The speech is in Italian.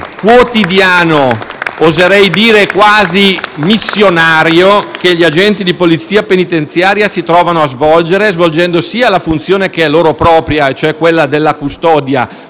quotidiano, oserei dire quasi missionario, che gli agenti di polizia penitenziaria si trovano a svolgere, adempiendo sia alla funzione che è loro propria, cioè quella della custodia